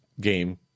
game